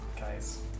Guys